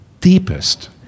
deepest